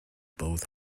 both